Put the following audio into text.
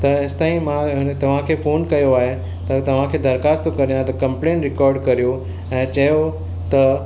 त इस ताईं मां हिन तव्हांखे फोन कयो आहे त तव्हांखे दरख़्वास्त थो करिया त कम्प्लेंट रिकॉड करियो ऐं चयो त